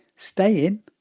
stay in?